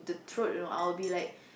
throat you know I'll be like